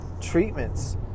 treatments